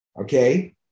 Okay